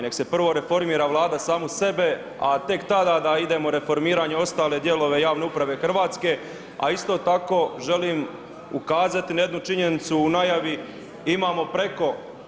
Nek se prvo reformira Vlada samu sebe, a tek tada da idemo u reformiranje ostale dijelove javne uprave Hrvatske, a isto tako želim ukazati na jednu činjenicu u najavi, imamo preko…